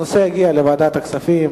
הנושא יגיע לוועדת הכספים.